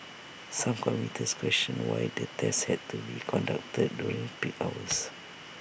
some commuters questioned why the tests had to be conducted during peak hours